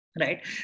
Right